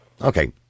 Okay